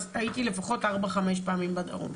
הייתי לפחות ארבע-חמש פעמים בדרום.